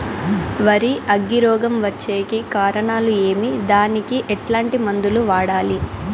వరి అగ్గి రోగం వచ్చేకి కారణాలు ఏమి దానికి ఎట్లాంటి మందులు వాడాలి?